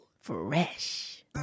Fresh